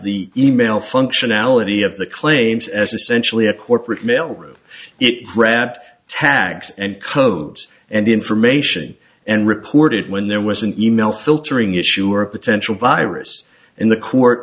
the email functionality of the claims as essentially a corporate mail it grabbed tags and codes and information and reported when there was an email filtering issue or a potential virus in the court